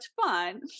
fun